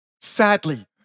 Sadly